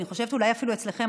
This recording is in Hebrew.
אני חושבת שאולי אפילו אצלכם,